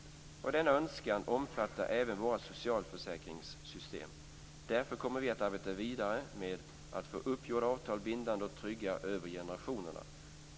Denna önskan omfattar även våra socialförsäkringssystem. Därför kommer vi att arbeta vidare med att få uppgjorda avtal bindande och trygga över generationer.